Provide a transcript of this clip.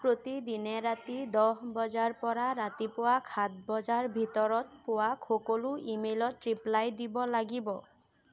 প্ৰতিদিনে ৰাতি দহ বজাৰ পৰা ৰাতিপুৱা সাত বজাৰ ভিতৰত পোৱা সকলো ই মেইলত ৰিপ্লাই দিব লাগিব